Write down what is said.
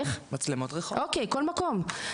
כל מקום.